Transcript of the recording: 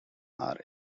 are